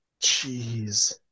jeez